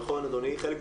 עד כמה